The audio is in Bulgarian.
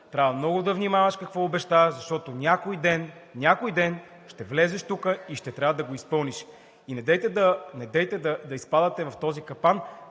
Трябва много да внимаваш какво обещаваш, защото някой ден, някой ден ще влезеш тук и ще трябва да го изпълниш. И недейте да изпадате в този капан,